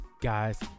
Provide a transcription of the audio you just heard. guys